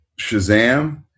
Shazam